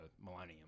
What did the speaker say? Millennium